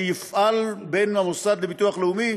שיפעל בין המוסד לביטוח לאומי